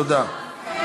תודה.